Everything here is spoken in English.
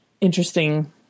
interesting